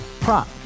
prop